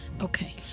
Okay